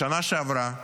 בשנה שעברה,